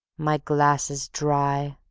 my glass is dry,